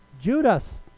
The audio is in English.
Judas